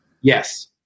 yes